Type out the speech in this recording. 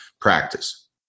practice